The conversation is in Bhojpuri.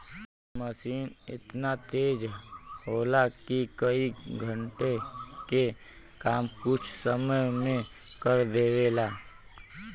मसीन एतना तेज होला कि कई घण्टे के काम कुछ समय मे कर देवला